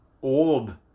orb